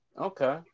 Okay